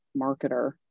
marketer